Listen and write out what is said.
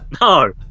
No